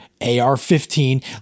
AR-15